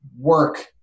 work